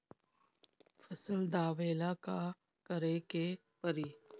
फसल दावेला का करे के परी?